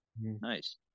Nice